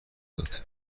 داد